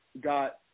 got